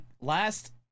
last